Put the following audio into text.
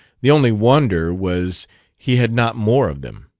the only wonder was he had not more of them.